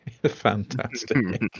fantastic